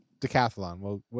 Decathlon